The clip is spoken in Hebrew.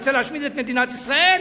שרוצה להשמיד את מדינת ישראל,